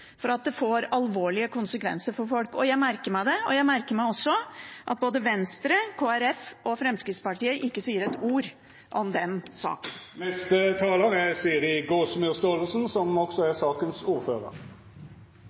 det får alvorlige konsekvenser for folk. Jeg merker meg det. Jeg merker meg også at verken Venstre, Kristelig Folkeparti eller Fremskrittspartiet sier ett ord om den saken. Jeg må også si at jeg er veldig overrasket over den vendingen denne debatten har tatt. Det er